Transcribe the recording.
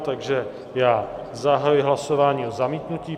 Takže já zahajuji hlasování o zamítnutí.